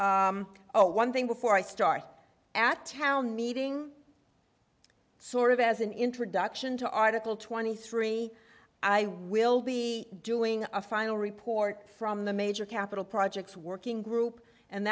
oh one thing before i start at town meeting sort of as an introduction to article twenty three i will be doing a final report from the major capital projects working group and